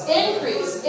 increase